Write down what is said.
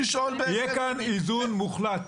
יהיה כאן איזון מוחלט,